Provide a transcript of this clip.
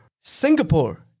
Singapore